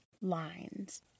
lines